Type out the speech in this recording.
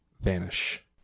vanish